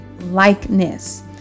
likeness